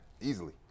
easily